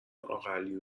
اقاعلی